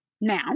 Now